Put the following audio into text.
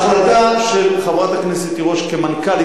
החלטה של חברת הכנסת תירוש כמנכ"לית